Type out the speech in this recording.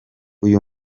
uyu